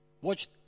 Watch